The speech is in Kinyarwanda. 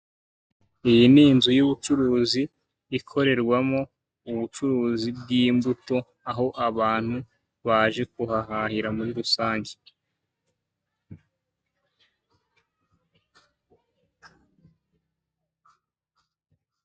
Iyi ni inzu y'ubucuruzi ikorerwamo ubucuruzi bw'imbuto, aho abantu baje kuhahahira muri rusange.